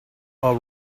all